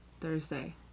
Thursday